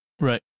Right